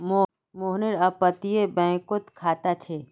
मोहनेर अपततीये बैंकोत खाता छे